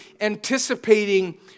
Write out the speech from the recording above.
anticipating